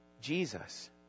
Jesus